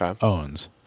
owns